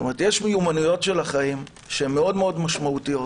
יש מיומנויות של החיים שהן מאוד מאוד משמעותיות